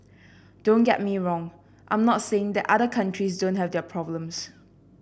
don't get me wrong I'm not saying that other countries don't have their problems